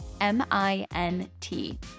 M-I-N-T